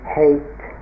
hate